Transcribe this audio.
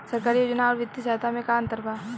सरकारी योजना आउर वित्तीय सहायता के में का अंतर बा?